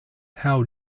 how